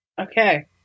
okay